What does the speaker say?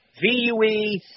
VUE